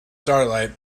starlight